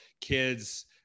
kids